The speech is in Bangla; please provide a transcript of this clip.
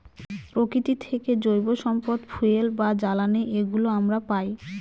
প্রকৃতি থেকে জৈব সম্পদ ফুয়েল বা জ্বালানি এগুলো আমরা পায়